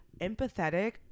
empathetic